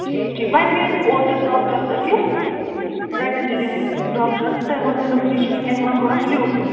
ٹھیٖک ٹھیٖک وۄنۍ گٔیٚیَس بہٕ اوترٕ ڈاکٹرس أکِس ویٚٹَنیرین ٲں ڈاکٹرس تہٕ تٔمۍ ووٚن دوٚپُن یہ چھُ وُنٛکیٚن یمن تھوڑا فٕلو ہیٛو